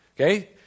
okay